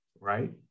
Right